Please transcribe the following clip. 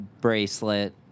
bracelet